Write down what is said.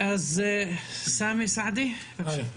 סאמי סעדי, בבקשה.